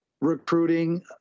recruiting